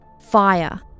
Fire